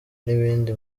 n’ibindi